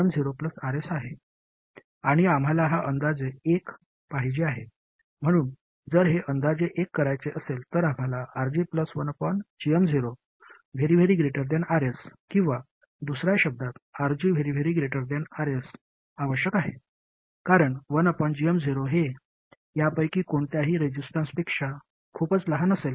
आणि आम्हाला हा अंदाजे एक पाहिजे आहे म्हणून जर हे अंदाजे एक करायचे असेल तर आम्हाला RG 1gm0≫ Rs किंवा दुसर्या शब्दांत RG≫ Rs आवश्यक आहेत कारण 1gm0 हे यापैकी कोणत्याही रेसिस्टन्सपेक्षा खूपच लहान असेल